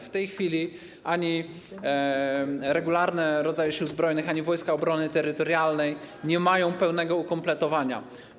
W tej chwili ani regularne rodzaje Sił Zbrojnych, ani Wojska Obrony Terytorialnej nie mają pełnego ukompletowania.